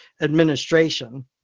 administration